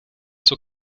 zur